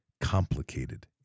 complicated